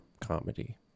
comedy